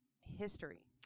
history